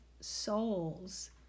souls